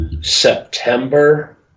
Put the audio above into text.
September